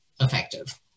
effective